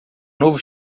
novo